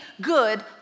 good